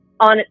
on